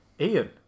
Ian